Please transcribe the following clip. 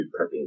prepping